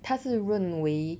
他是认为